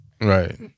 Right